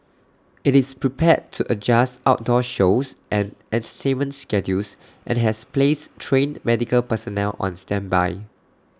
IT is prepared to adjust outdoor shows and entertainment schedules and has placed trained medical personnel on standby